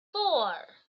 four